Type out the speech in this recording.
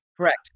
Correct